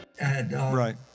Right